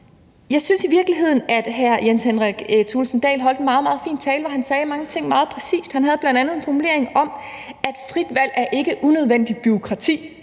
jeg synes i virkeligheden, at hr. Jens Henrik Thulesen Dahl holdt en meget, meget fin tale, hvor han sagde mange ting meget præcist. Han havde bl.a. en formulering om, at frit valg ikke er unødvendigt bureaukrati.